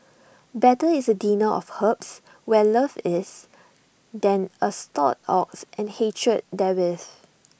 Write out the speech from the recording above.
better is A dinner of herbs where love is than A stalled ox and hatred therewith